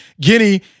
Guinea